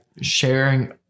sharing